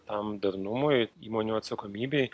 tam darnumui įmonių atsakomybei